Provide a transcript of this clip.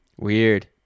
Weird